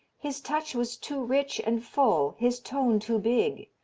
his touch was too rich and full, his tone too big.